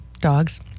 dogs